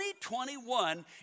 2021